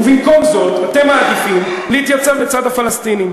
ובמקום זאת אתם מעדיפים להתייצב לצד הפלסטינים,